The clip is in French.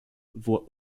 voit